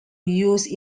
used